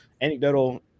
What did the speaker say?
anecdotal